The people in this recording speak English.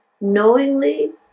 knowingly